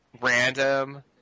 random